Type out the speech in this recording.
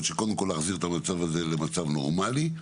שקודם כל להחזיר את המצב הזה למצב נורמלי,